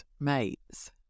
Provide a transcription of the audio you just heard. mates